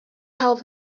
help